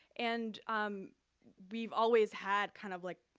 and we've always had kind of like